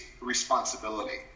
responsibility